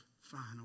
final